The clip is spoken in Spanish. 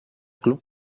club